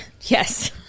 yes